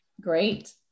Great